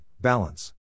balance